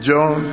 John